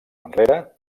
enrere